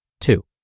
Two